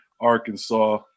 Arkansas